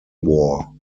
war